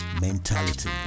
Mentality